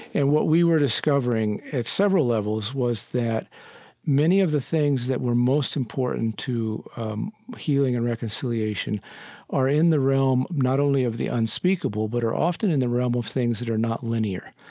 and what we were discovering at several levels was that many of the things were most important to healing and reconciliation are in the realm not only of the unspeakable, but are often in the realm of things that are not linear.